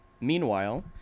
Meanwhile